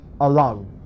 alone